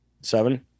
Seven